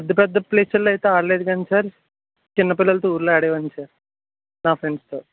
పెద్ద పెద్ద ప్లేసుల్లో అయితే ఆడలేదు కాని సార్ చిన్న పిల్లలతో ఊర్లో ఆడేవాడ్ని సార్ మా ఫ్రెండ్స్తో